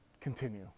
continue